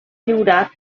lliurat